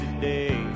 today